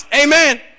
Amen